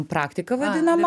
praktika vadinama